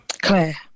Claire